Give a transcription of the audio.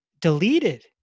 deleted